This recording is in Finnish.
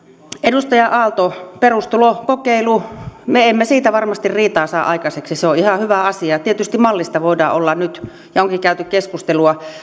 edustaja aalto perustulokokeilu me emme siitä varmasti riitaa saa aikaiseksi se on ihan hyvä asia tietysti mallista voidaan käydä nyt ja onkin käyty keskustelua